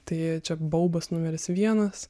tai čia baubas numeris vienas